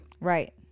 Right